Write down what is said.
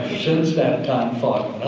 since that time fought